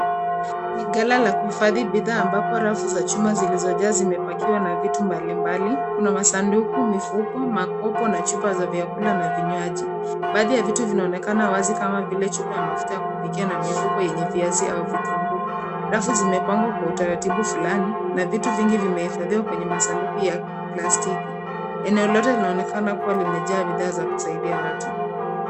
Ni ghala la kuhifadhi bidhaa ambapo rafu za chuma zilizojaa zimepakiwa na vitu mbalimbali. Kuna masanduku, mifuko, makopo na chupa za vyakula na vinywaji. Baadhi ya vitu vinaonekana wazi, kama vile chupa ya mafuta ya kupikia na mifuko yenye viazi au vitunguu. Rafu zimepangwa kwa utaratibu fulani, na vitu vingi vimehifadhiwa kwenye masanduku ya plastiki. Eneo lote linaonekana kuwa limejaa bidhaa za kusaidia watu.